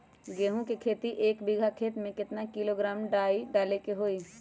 गेहूं के खेती में एक बीघा खेत में केतना किलोग्राम डाई डाले के होई?